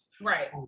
right